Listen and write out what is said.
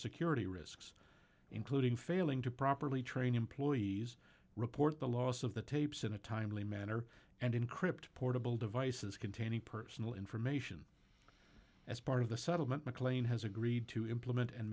security risks including failing to properly train employees report the loss of the tapes in a timely manner and encrypt portable devices containing personal information as part of the settlement mclean has agreed to implement and